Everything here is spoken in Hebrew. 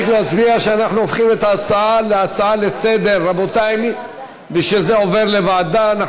צריך להצביע שאנחנו הופכים את ההצעה להצעה לסדר-היום ושזה עובר לוועדה.